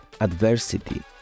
adversity